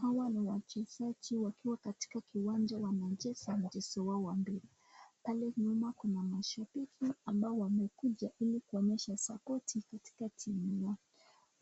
Hawa ni wachezaji wakiwa katika kiwanja wakicheza mchezo wao wa mpira, pale nyuma kuna mashabiki ambao wamekuja hili kuonyesha sapoti katika timu yao